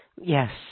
Yes